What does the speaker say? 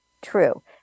true